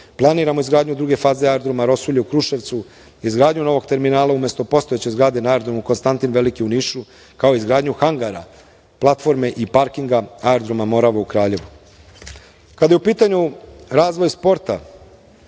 godine. Planiramo izgradnju druge faze aerodroma Rosulja u Kruševcu. Izgradnju novog terminala, umesto postojeće zgrade na aerodromu Konstantin Veliki u Nišu, kao izgradnju hangara, platforme i parkinga aerodroma Morava u Kraljevu. Kada je u pitanju razvoj sporta,